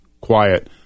quiet